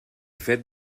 fet